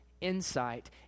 insight